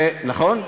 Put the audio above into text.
נכון?